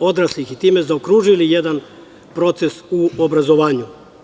odraslih, i time zaokružili jedan proces u obrazovanju.